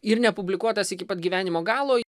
ir nepublikuotas iki pat gyvenimo galo